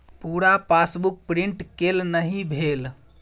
पूरा passbook print केल नहि भेल